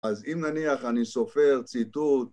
אז אם נניח אני סופר ציטוט